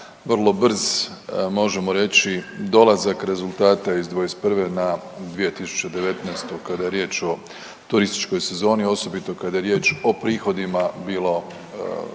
vrlo brz možemo reći dolazak rezultata iz '21. na 2019. kada je riječ o turističkoj sezoni, osobito kada je riječ o prihodima bilo